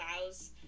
allows